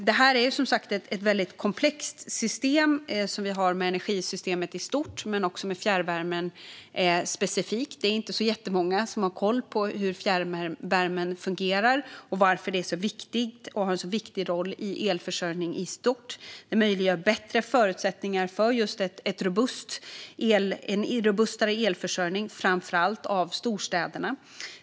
Det är som sagt ett väldigt komplext system - det gäller energisystemet i stort men också fjärrvärmen specifikt. Det är inte jättemånga som har koll på hur fjärrvärmen fungerar och varför den har en sådan viktig roll i elförsörjning i stort. Den möjliggör bättre förutsättningar för just en robustare elförsörjning, framför allt i storstäderna.